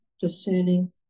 discerning